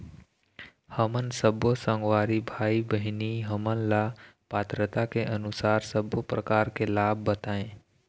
हमन सब्बो संगवारी भाई बहिनी हमन ला पात्रता के अनुसार सब्बो प्रकार के लाभ बताए?